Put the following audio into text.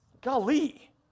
Golly